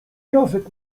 gazet